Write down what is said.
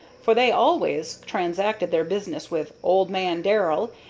for they always transacted their business with old man darrell,